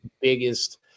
biggest